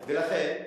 ולכן,